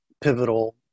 pivotal